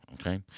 okay